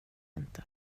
inte